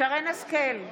שרן מרים השכל,